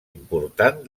important